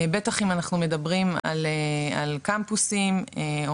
בטח אם אנחנו מדברים על קמפוסים או